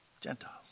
Gentiles